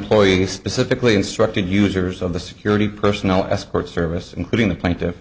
employees specifically instructed users of the security personnel escort service including the plaintiff